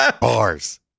Bars